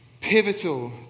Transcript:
pivotal